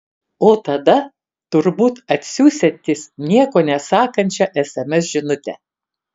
o tada turbūt atsiųsiantis nieko nesakančią sms žinutę